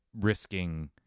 risking